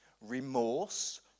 remorse